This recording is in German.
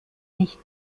nicht